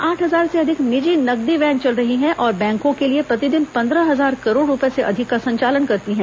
देश में आठ हजार से अधिक निजी नकदी वैन चल रही हैं और बैंको के लिए प्रतिदिन पंद्रह हजार करोड़ रुपये से अधिक का संचालन करती है